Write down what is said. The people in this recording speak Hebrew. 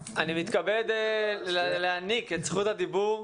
אני מתכבד להעניק את זכות הדיבור,